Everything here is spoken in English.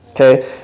Okay